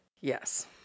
Yes